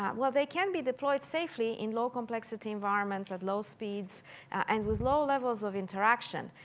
um well, they can be deployed safely in low complexity environments at low speeds and with low levels of interaction.